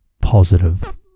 positive